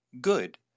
good